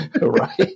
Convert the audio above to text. Right